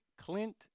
Clint